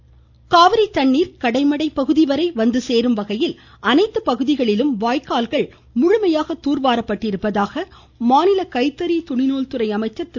மணியன் வாய்ஸ் காவிரி தண்ணீர் கடைமடை பகுதிவரை வந்து சேரும் வகையில் அனைத்து பகுதிகளிலும் வாய்க்கால்கள் முழுமையாக தூர் வாரப்பட்டுள்ளதாக மாநில கைத்தறி துணி நூல்துறை அமைச்சர் திரு